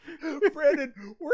Brandon